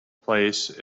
place